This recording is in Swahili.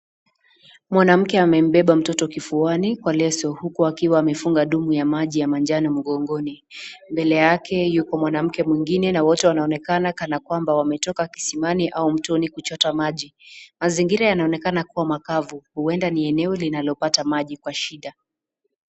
Mwanamke amembeba mtoto kifuani kwa leso huku akiwa amefunga dumu ya maji ya manjano mgongoni. Mbele yake, yuko mwanamke mwengine na wote wanaonekana kana kwamba wametoka kisimani au mtoni kuchota maji. Mazingira yanaonekana kuwa makavu, huenda ni eneo linalopata maji kwa shida.